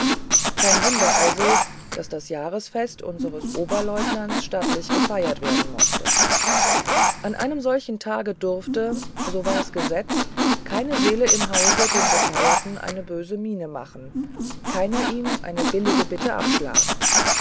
kein wunder also daß das jahresfest unseres oberleutnants stattlich gefeiert werden mußte an einem solchen tage durfte so war's gesetz keine seele im hause dem gefeierten eine böse miene machen keiner ihm eine billige bitte abschlagen